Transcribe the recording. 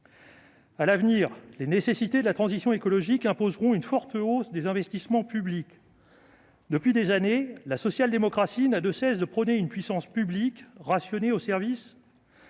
À l'avenir, les nécessités de la transition écologique imposeront une forte hausse des investissements publics. Depuis des années, la social-démocratie n'a de cesse de prôner un rationnement de la puissance publique au service